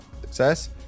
Success